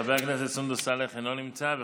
חברת הכנסת סונדוס סאלח, אינה נמצאת.